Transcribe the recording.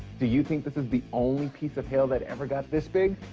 do you think this is the only piece of hail that ever got this big?